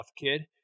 kid